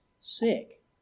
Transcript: sick